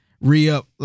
re-up